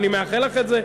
ואני מאחל לך את זה.